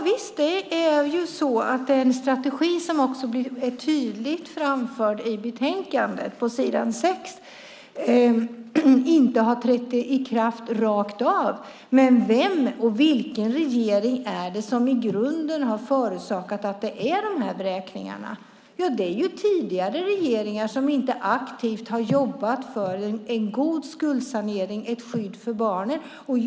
Fru talman! Den strategi som också är tydligt framförd i betänkandet på s. 6 har inte trätt i kraft rakt av, men vem och vilken regering är det som i grunden har förorsakat dessa vräkningar? Jo, det är tidigare regeringar som inte aktivt har jobbat för en god skuldsanering och ett skydd för barnen. Fru talman!